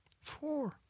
Four